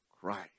Christ